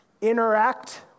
interact